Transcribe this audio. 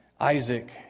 Isaac